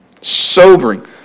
sobering